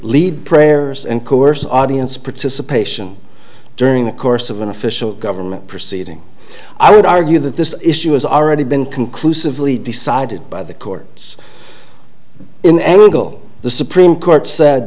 lead prayers and coerce audience participation during the course of an official government proceeding i would argue that this issue has already been conclusively decided by the courts in angle the supreme court said